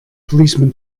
policeman